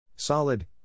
solid